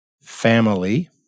family